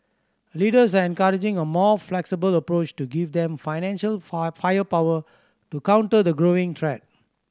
leaders are encouraging a more flexible approach to give them financial firepower to counter the growing threat